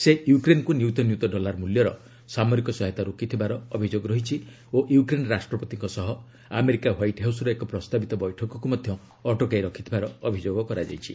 ସେ ୟୁକ୍ରେନକୁ ନିୟୁତ ନିୟୁତ ଡଲାର ମୂଲ୍ୟର ସାମରିକ ସହାୟତା ରୋକି ଥିବାର ଅଭିଯୋଗ ରହିଛି ଓ ୟୁକ୍ରେନ୍ ରାଷ୍ଟ୍ରପତିଙ୍କ ସହ ଆମେରିକା ହ୍ୱାଇଟ୍ ହାଉସ୍ର ଏକ ପ୍ରସ୍ତାବିତ ବୈଠକକୁ ମଧ୍ୟ ଅଟକାଇ ରଖିଥିବାର ଅଭିଯୋଗ କରାଯାଇଛି